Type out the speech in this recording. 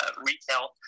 retail